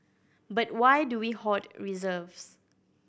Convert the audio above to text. but why do we hoard reserves